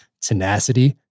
tenacity